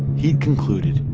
he'd concluded.